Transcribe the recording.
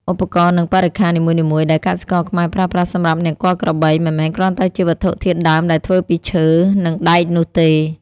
ឧបករណ៍ និងបរិក្ខារនីមួយៗដែលកសិករខ្មែរប្រើប្រាស់សម្រាប់នង្គ័លក្របី មិនមែនគ្រាន់តែជាវត្ថុធាតុដើមដែលធ្វើពីឈើ និងដែកនោះទេ។